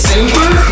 Super